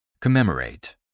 commemorate